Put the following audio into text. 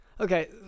Okay